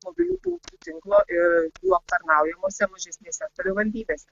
mobilių punktų tinklo ir jų aptarnaujamose mažesnėse savivaldybėse